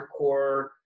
hardcore